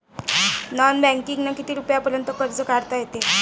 Non बँकिंगनं किती रुपयापर्यंत कर्ज काढता येते?